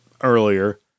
earlier